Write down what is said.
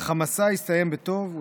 אך המסע הסתיים בטוב,